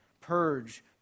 Purge